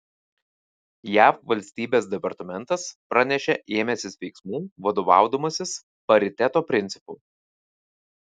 jav valstybės departamentas pranešė ėmęsis veiksmų vadovaudamasis pariteto principu